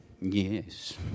Yes